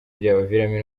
byabaviramo